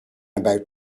about